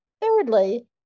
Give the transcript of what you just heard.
Thirdly